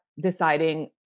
deciding